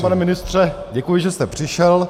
Pane ministře, děkuji, že jste přišel.